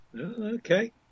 Okay